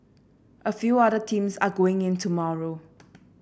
a few other teams are going in tomorrow